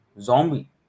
zombie